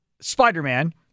Spider-Man